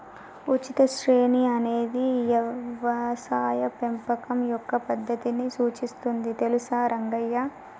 ఉచిత శ్రేణి అనేది యవసాయ పెంపకం యొక్క పద్దతిని సూచిస్తుంది తెలుసా రంగయ్య